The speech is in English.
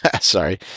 sorry